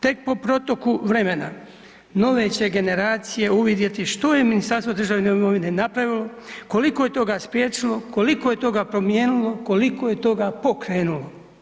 Tek po proteku vremena, nove će generacije uvidjeti što je Ministarstvo državne imovine napravilo, koliko je toga spriječilo, koliko je toga promijenilo, koliko je toga pokrenulo.